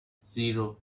zero